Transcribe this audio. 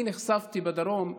אני נחשפתי בדרום,